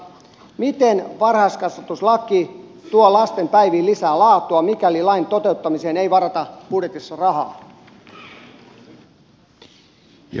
miten varhaiskasvatuslaki tuo lasten päiviin lisää laatua mikäli lain toteuttamiseen ei varata budjetissa rahaa